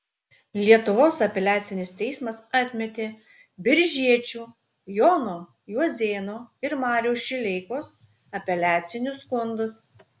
lietuvos apeliacinis teismas atmetė biržiečių jono juozėno ir mariaus šileikos apeliacinius skundus